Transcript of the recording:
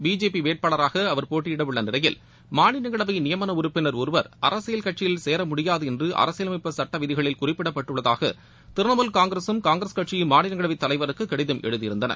BJP வேட்பாளராக அவர் போட்டியிட உள்ள நிலையில் மாநிலங்களவை நியமன உறுப்பினர் ஒருவர் அரசியல் கட்சியில் சேர முடியாது என்று அரசியலமைப்பு சுட்ட விதிகளில் குறிப்பிடப்பட்டுள்ளதாக திரிணமுல் காங்கிரஸூம் காங்கிரஸ் கட்சியும் மாநிலங்களவை தலைவருக்கு கடிதம் எழுத்தியிருந்தனர்